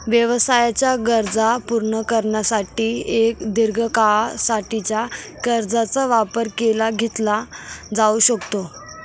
व्यवसायाच्या गरजा पूर्ण करण्यासाठी एक दीर्घ काळा साठीच्या कर्जाचा वापर केला घेतला जाऊ शकतो